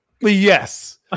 Yes